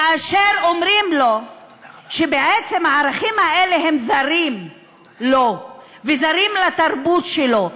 כאשר אומרים לו שבעצם הערכים האלה הם זרים לו וזרים לתרבות שלו.